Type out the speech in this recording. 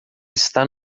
está